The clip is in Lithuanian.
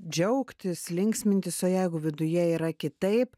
džiaugtis linksmintis o jeigu viduje yra kitaip